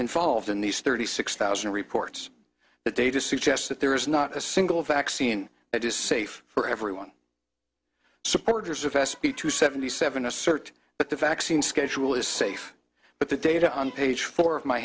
involved in these thirty six thousand reports but data suggests that there is not a single vaccine it is safe for everyone supporters of s b to seventy seven assert but the vaccine schedule is safe but the data on page four of my